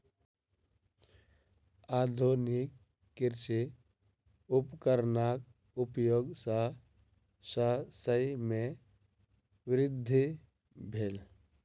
आधुनिक कृषि उपकरणक उपयोग सॅ शस्य मे वृद्धि भेल